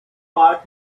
part